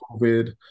COVID